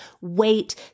wait